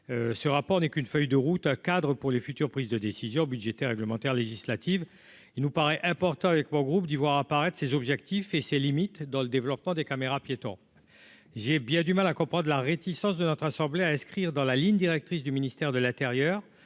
ce rapport n'est qu'une feuille de route à Khadr pour les futures prises de décisions budgétaires réglementaire, législative, il nous paraît important avec mon groupe du voir apparaître ses objectifs et ses limites dans le développement des caméras piétons, j'ai bien du mal à comprendre la réticence de notre assemblée à inscrire dans la ligne directrice du ministère de l'Intérieur,